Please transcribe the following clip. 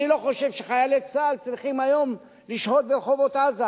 אני לא חושב שחיילי צה"ל צריכים היום לשהות ברחובות עזה,